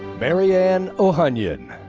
mary-anne ohunyon.